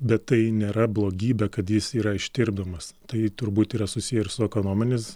bet tai nėra blogybė kad jis yra ištirpdomas tai turbūt yra susiję ir su ekonominiais